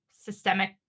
systemic